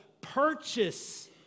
purchase